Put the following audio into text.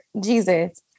Jesus